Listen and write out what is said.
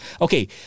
okay